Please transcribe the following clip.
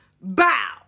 Bow